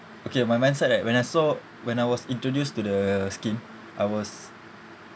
okay my mindset right when I saw when I was introduced to the scheme I was